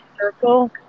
circle